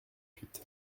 huit